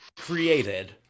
created